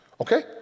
okay